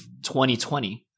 2020